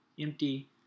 empty